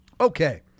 Okay